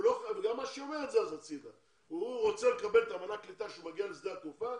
הוא רוצה לקבל את מענק הקליטה כשהוא מגיע לשדה התעופה,